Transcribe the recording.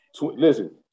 Listen